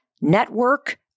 network